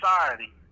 society